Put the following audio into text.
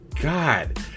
God